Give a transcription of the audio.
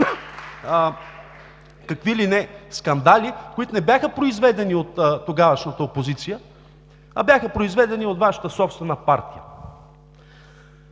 какви ли не скандали, които не бяха произведени от тогавашната опозиция, а бяха произведени от Вашата собствена партия.